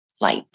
light